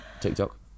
TikTok